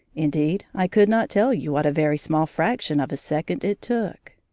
indeed, i could not tell you what a very small fraction of a second it took.